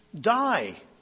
die